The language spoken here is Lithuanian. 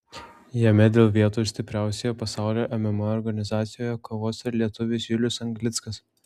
jame dėl vietos stipriausioje pasaulio mma organizacijoje kovos ir lietuvis julius anglickas